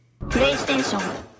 PlayStation